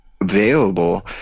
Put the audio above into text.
available